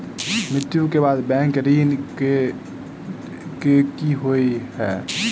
मृत्यु कऽ बाद बैंक ऋण कऽ की होइ है?